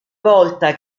volta